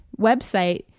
website